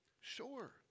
Sure